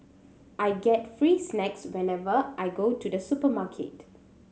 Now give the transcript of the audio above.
I get free snacks whenever I go to the supermarket